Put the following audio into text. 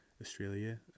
Australia